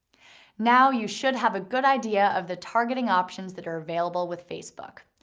now you should have a good idea of the targeting options that are available with facebook.